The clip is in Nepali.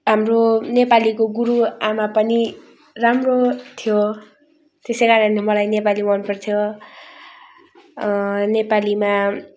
हाम्रो नेपालीको गुरुआमा पनि राम्रो थियो त्यसै कारणले मलाई नेपाली मन पर्थ्यो नेपालीमा